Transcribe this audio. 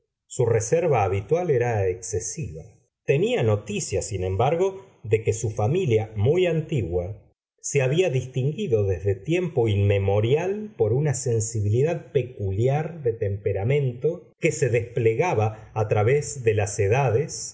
su reserva habitual era excesiva tenía noticia sin embargo de que su familia muy antigua se había distinguido desde tiempo inmemorial por una sensibilidad peculiar de temperamento que se desplegaba a través de las edades